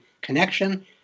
connection